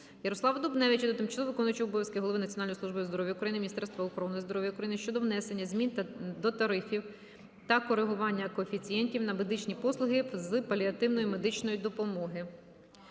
Ярослава Дубневича до тимчасово виконуючої обов'язки голови Національної служби здоров'я України, міністра охорони здоров'я України щодо внесення змін до тарифів та коригування коефіцієнтів на медичні послуги з паліативної медичної допомоги.